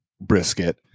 brisket